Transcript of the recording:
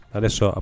Adesso